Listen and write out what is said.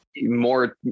more